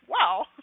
wow